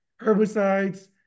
herbicides